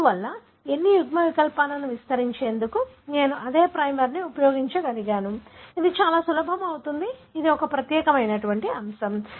అందువల్ల ఎన్ని యుగ్మవికల్పాలను విస్తరించేందుకు నేను అదే ప్రైమర్ని ఉపయోగించగలను అది చాలా సులభం అవుతుంది అది ఒక ప్రత్యేక అంశం